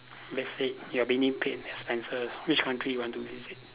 let's say you're being paid expenses which country you want to visit